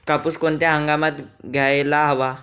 कापूस कोणत्या हंगामात घ्यायला हवा?